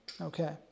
Okay